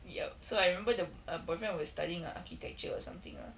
yup so I remember the uh boyfriend was studying ah architecture or something ah